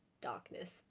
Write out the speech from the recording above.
darkness